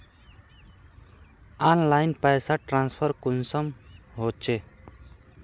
Online पैसा transfer कुंसम होचे?